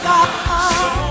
God